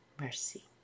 mercy